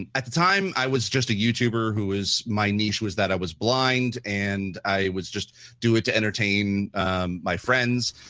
at the time, i was just a you tuber who was my niche was that i was blind and i would just do it to entertain um my friends.